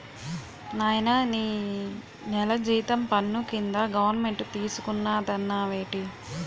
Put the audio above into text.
నాయనా నీ నెల జీతం పన్ను కింద గవరమెంటు తీసుకున్నాదన్నావేటి